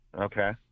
Okay